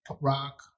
rock